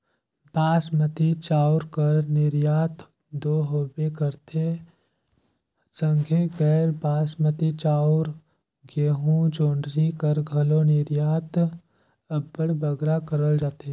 बासमती चाँउर कर निरयात दो होबे करथे संघे गैर बासमती चाउर, गहूँ, जोंढरी कर घलो निरयात अब्बड़ बगरा करल जाथे